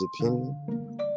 opinion